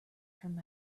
turned